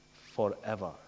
forever